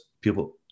people